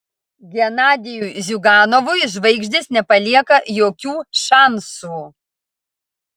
genadijui ziuganovui žvaigždės nepalieka jokių šansų